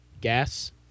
Gas